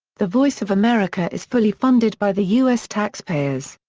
the voice of america is fully funded by the u s. taxpayers.